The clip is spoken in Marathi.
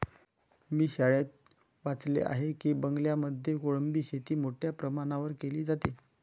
मी शाळेत वाचले आहे की बंगालमध्ये कोळंबी शेती मोठ्या प्रमाणावर केली जाते